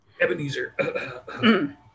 Ebenezer